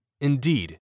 Indeed